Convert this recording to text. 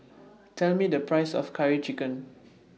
Tell Me The Price of Curry Chicken